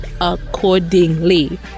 accordingly